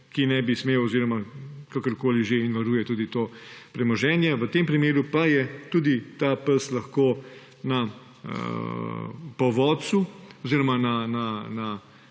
ki ne bi smel oziroma kakorkoli že, in varuje tudi to premoženje. V tem primeru pa je tudi ta pes lahko na povodcu oziroma